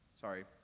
Sorry